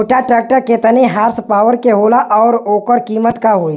छोटा ट्रेक्टर केतने हॉर्सपावर के होला और ओकर कीमत का होई?